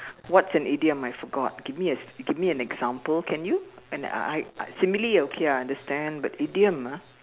what's an idiom I forgot give me a give me an example can you and I I simile okay I understand but idiom ah